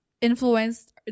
influenced